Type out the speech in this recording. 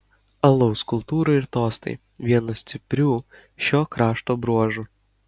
alaus kultūra ir tostai vienas stiprių šio krašto bruožų